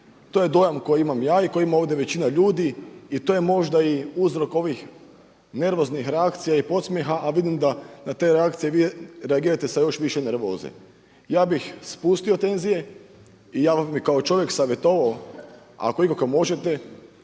To je dojam koji imam ja i koji ima ovdje većina ljudi i to je možda i uzrok ovih nervoznih reakcija i podsmijeha, a vidim da na te reakcije vi reagirate sa još više nervoze. Ja bih spustio tenzije i ja vam bih kao čovjek savjetovao ako ikako možete